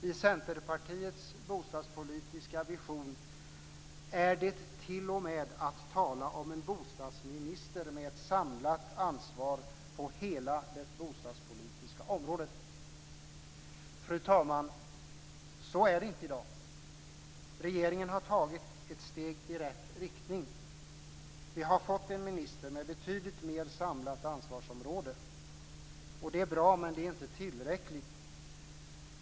I Centerpartiets bostadspolitiska vision är det t.o.m. att tala om en bostadsminister med ett samlat ansvar för hela det bostadspolitiska området. Fru talman! Så är det inte i dag. Regeringen har tagit ett steg i rätt riktning. Vi har fått en minister med ett betydligt mer samlat ansvarsområde. Det är bra, men det är inte tillräckligt.